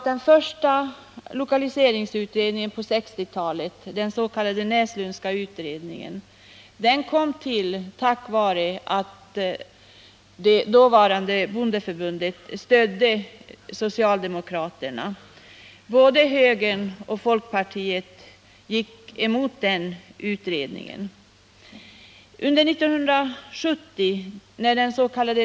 Den första lokaliseringsutredningen på 1960-talet, den s.k. Näslundska utredningen, kom till tack vare att det dåvarande bondeförbundet stödde socialdemokraterna. Både högern och folkpartiet tog ställning emot den utredningen. I dens.k.